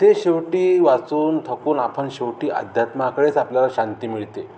ते शेवटी वाचून थकून आपण शेवटी अध्यात्माकडेच आपल्याला शांती मिळते